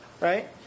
right